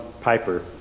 Piper